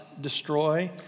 destroy